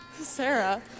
Sarah